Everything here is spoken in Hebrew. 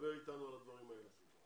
לדבר איתנו על הדברים האלה.